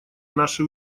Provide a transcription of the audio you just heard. наши